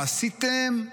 מה עשיתם,